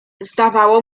zdawało